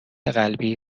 قلبی